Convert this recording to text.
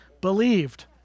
believed